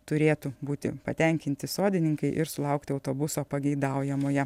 turėtų būti patenkinti sodininkai ir sulaukti autobuso pageidaujamoje